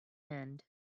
end